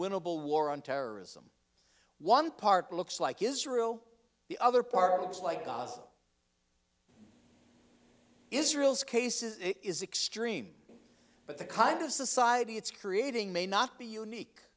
unwinnable war on terrorism one part looks like israel the other part is like gaza israel's case is it is extreme but the kind of society it's creating may not be unique